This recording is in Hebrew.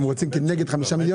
וכנגד זה אתם רוצים 5 מיליון?